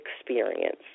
experience